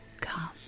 come